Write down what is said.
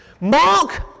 Mark